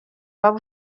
waba